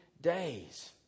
days